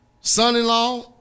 Son-in-law